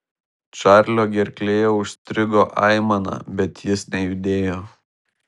čarlio gerklėje užstrigo aimana bet jis nejudėjo